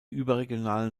überregionalen